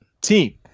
team